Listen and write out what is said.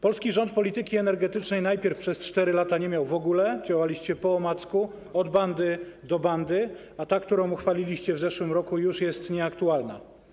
Polski rząd polityki energetycznej najpierw przez 4 lata nie miał w ogóle, działaliście po omacku, od bandy do bandy, a ta, którą uchwaliliście w zeszłym roku, już jest nieaktualna.